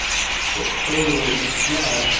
so those are those two. now,